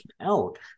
out